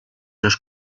los